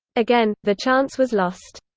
again, the chance was lost.